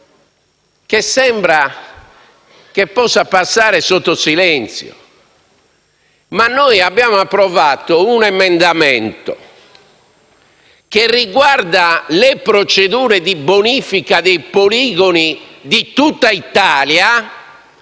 che sembra possa passare sotto silenzio: abbiamo approvato un emendamento che riguarda le procedure di bonifica dei poligoni di tutta Italia,